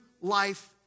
life